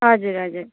हजुर हजुर